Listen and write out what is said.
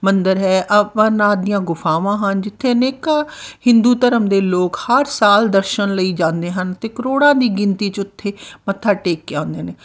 ਮੰਦਰ ਹੈ ਅਮਰਨਾਥ ਦੀਆਂ ਗੁਫਾਵਾਂ ਹਨ ਜਿੱਥੇ ਅਨੇਕਾਂ ਹਿੰਦੂ ਧਰਮ ਦੇ ਲੋਕ ਹਰ ਸਾਲ ਦਰਸ਼ਨ ਲਈ ਜਾਂਦੇ ਹਨ ਅਤੇ ਕਰੋੜਾਂ ਦੀ ਗਿਣਤੀ 'ਚ ਉੱਥੇ ਮੱਥਾ ਟੇਕ ਕੇ ਆਉਂਦੇ ਨੇ